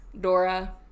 Dora